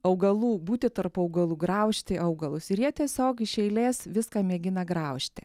augalų būti tarp augalų graužti augalus ir jie tiesiog iš eilės viską mėgina graužti